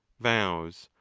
vows,